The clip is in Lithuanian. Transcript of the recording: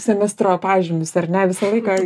semestro pažymius ar ne visą laiką